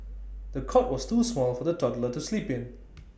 the cot was too small for the toddler to sleep in